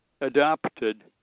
adopted